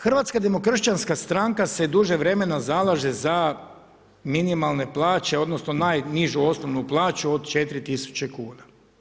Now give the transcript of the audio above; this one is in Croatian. Hrvatska demokršćanska stranka, se duže vremena zalaže za minimalne plaće, odnosno, najnižu osnovnu plaću od 4000 kuna.